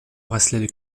bracelets